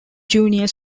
junior